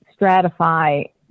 stratify